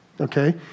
Okay